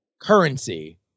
currency